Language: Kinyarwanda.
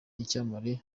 icyamamare